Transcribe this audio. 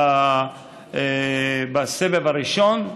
הסבב הראשון,